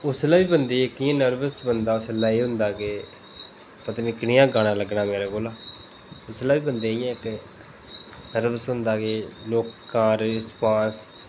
उसलै बी बंदे गी उसलै नर्वस एह् होंदा कि पता निं कनेहा गाना लग्गना मेरे कोला कुसलै बी बंदे गी इंया नर्वस होंदा कि लोकें दा रिस्पांस